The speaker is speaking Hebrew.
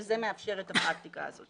וזה מאפשר את הפרקטיקה הזאת,